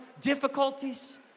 difficulties